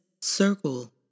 circle